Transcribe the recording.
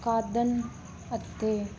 ਕਾਦਨ ਅਤੇ